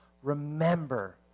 Remember